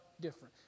different